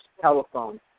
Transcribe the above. telephone